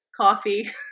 Coffee